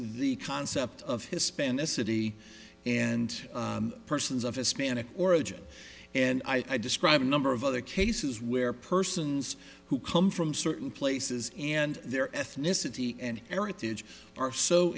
the concept of hispanics city and persons of hispanic origin and i describe a number of other cases where persons who come from certain places and their ethnicity and heritage are so